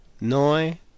Noi